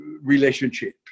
relationship